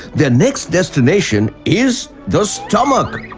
their next destination is the stomach.